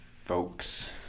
folks